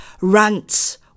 rants